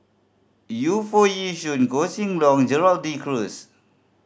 Yu Foo Yee Shoon Koh Seng Leong Gerald De Cruz